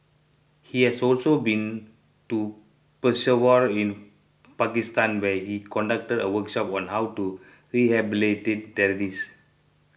he has also been to Peshawar in Pakistan where he conducted a workshop on how to rehabilitate terrorists